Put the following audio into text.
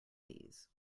these